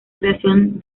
creación